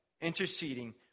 interceding